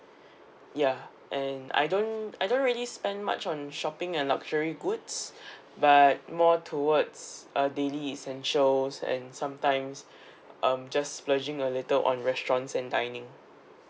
ya and I don't I don't really spend much on shopping and luxury goods but more towards a daily essential and sometimes um just splurging a little on restaurants and dining